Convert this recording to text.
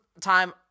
time